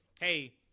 hey